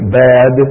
bad